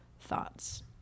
thoughts